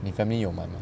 你 family 有买吗